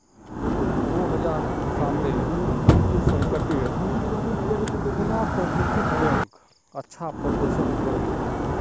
दो हज़ार साटेर वित्तीय संकटेर खुणा कोआपरेटिव बैंक अच्छा प्रदर्शन कर ले